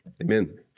Amen